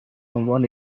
عنوان